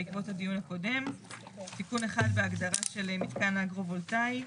תיקון אחד בהגדרה של מתקן אגרו וולטאי.